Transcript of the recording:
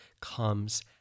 comes